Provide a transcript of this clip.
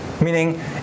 meaning